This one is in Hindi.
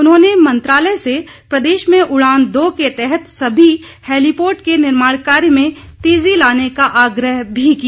उन्होंने मंत्रालय से प्रदेश में उड़ान दो के तहत सभी हेलीपोर्ट के निर्माण कार्य में तेजी लाने का आग्रह भी किया